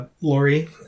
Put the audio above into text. Lori